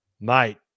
Mate